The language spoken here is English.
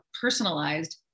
personalized